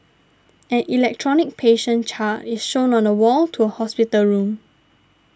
an electronic patient chart is shown on the wall to a hospital room